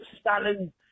Stalin